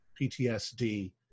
PTSD